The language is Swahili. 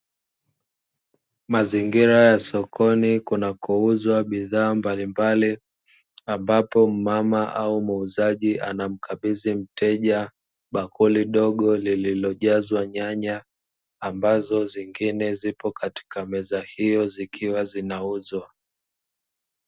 Mazingira ya sokoni kunakouzwa bidhaa mbalimbali, ambapo mama au muuzaji anamkabidhi mteja bakuli dogo, lililojazwa nyanya ambazo zingine zipo katika meza hiyo zikiwa zinauzwa.